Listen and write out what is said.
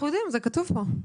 אנחנו יודעים, זה כתוב פה,